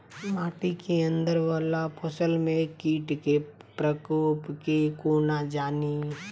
माटि केँ अंदर वला फसल मे कीट केँ प्रकोप केँ कोना जानि?